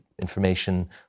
information